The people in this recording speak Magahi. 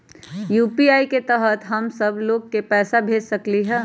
यू.पी.आई के तहद हम सब लोग को पैसा भेज सकली ह?